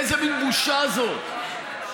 איזו מין בושה זאת.